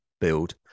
build